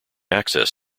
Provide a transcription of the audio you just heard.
access